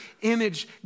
image